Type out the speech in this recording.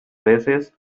veces